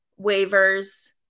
waivers